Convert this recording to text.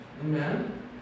Amen